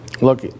Look